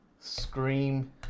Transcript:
Scream